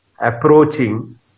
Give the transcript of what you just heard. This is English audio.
Approaching